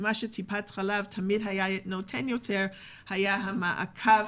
טיפת חלב תמיד נתנה יותר את המעקב